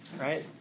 right